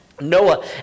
Noah